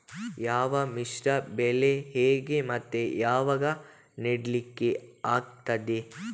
ಯಾವ ಮಿಶ್ರ ಬೆಳೆ ಹೇಗೆ ಮತ್ತೆ ಯಾವಾಗ ನೆಡ್ಲಿಕ್ಕೆ ಆಗ್ತದೆ?